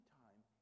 time